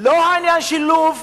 לא העניין של לוב,